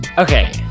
Okay